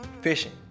fishing